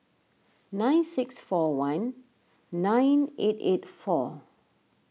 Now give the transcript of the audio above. nine six four one nine eight eight four